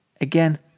Again